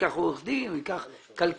הוא ייקח עורך דין, הוא ייקח כלכלן.